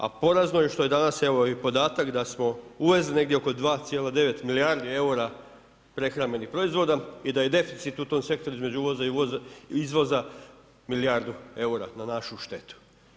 A porazno je što je dana i podatak da smo uvezli negdje oko 2,9 milijardi eura prehrambenih proizvoda i da je deficit u tom sektoru između uvoza i izvoza milijardu eura na našu štetu.